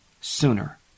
sooner